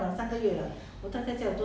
你很像很久没有 shopping liao hor